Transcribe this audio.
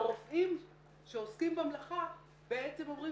הרופאים שעוסקים במלאכה בעצם אומרים